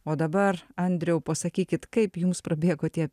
o dabar andriau pasakykit kaip jums prabėgo tie